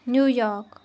New York